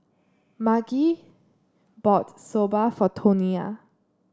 Margie bought Soba for Tonia